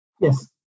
Yes